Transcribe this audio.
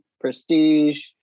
prestige